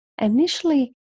Initially